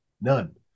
none